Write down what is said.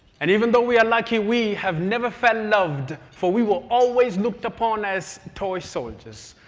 and even though we are lucky we have never felt loved for we were always looked upon as toy soldiers.